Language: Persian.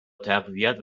تقویت